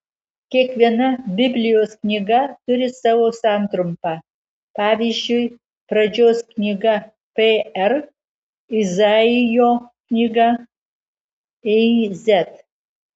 kiekviena biblijos knyga turi savo santrumpą pavyzdžiui pradžios knyga pr izaijo knyga iz